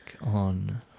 on